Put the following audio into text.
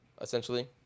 essentially